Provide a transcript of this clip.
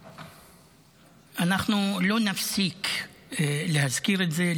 אנחנו לא נפסיק להזכיר את זה,